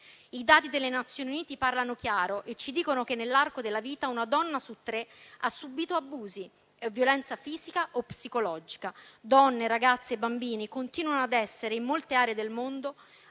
I dati delle Nazioni Unite parlano chiaro e ci dicono che, nell'arco della vita, una donna su tre ha subito abusi e violenza fisica o psicologica. Donne, ragazze e bambine continuano a essere, in molte aree del mondo,